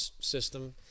system